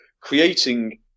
creating